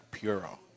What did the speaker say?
Puro